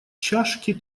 чашки